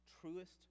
truest